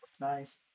nice